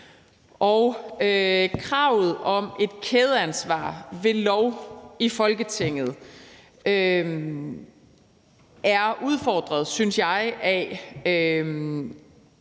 Kravet om et kædeansvar ved lov i Folketinget er udfordret, synes jeg, af,